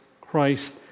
Christ